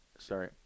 Sorry